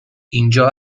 اینجا